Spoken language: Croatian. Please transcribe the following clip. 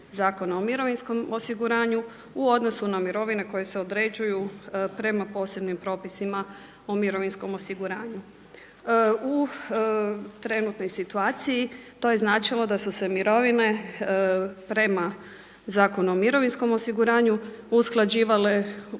Zakona o mirovinskom osiguranju u odnosu na mirovine koje se određuju prema posebnim propisima o mirovinskom osiguranju. U trenutnoj situaciji to je značilo da su se mirovine prema Zakonu o mirovinskom osiguranju usklađivale 1.1.